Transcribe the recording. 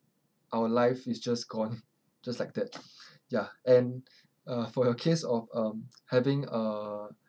our life is just gone just like that ya and uh for your case of um having a